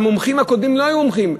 המומחים הקודמים לא היו מומחים.